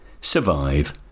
survive